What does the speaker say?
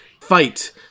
fight